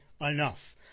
enough